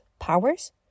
powers